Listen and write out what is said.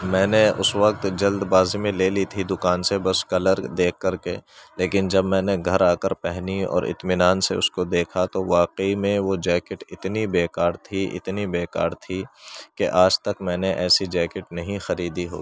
میں نے اس وقت جلد بازی میں لے لی تھی دوکان سے بس کلر دیکھ کر کے لیکن جب میں نے گھر آ کر پہنی اور اطمینان سے اس کو دیکھا تو واقعی میں وہ جیکٹ اتنی بیکار تھی اتنی بیکار تھی کہ آج تک میں نے ایسی جیکٹ نہیں خریدی ہوگی